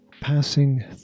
Passing